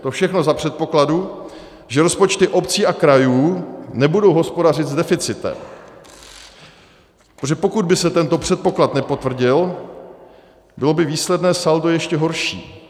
To všechno za předpokladu, že rozpočty obcí a krajů nebudou hospodařit s deficitem, protože pokud by se tento předpoklad nepotvrdil, bylo by výsledné saldo ještě horší.